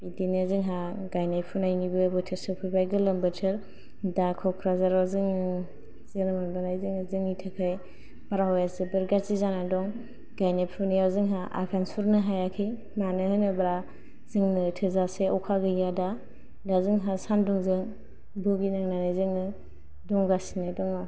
बिदिनो जोंहा गाइनाय फुनाय निबो बोथोर सफैबाय गोलोम बोथोर दा क'क्राझाराव जोंङो जों नुबोनाय जों जोंनि थाखाय बार हावाया जोबोर गाज्रि जानानै दं गाइनाय फुनायाव जोंहा आगान सुरनो हायाखै मानो होनोबा जोंनो थोजासे अखा गैया दा दा जोंहा सानदुंजों भुगि नांनानै जोंङो दंगासिनो दंङ